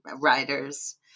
writers